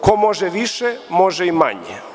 Ko može više, može i manje.